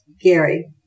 Gary